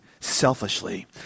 selfishly